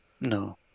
no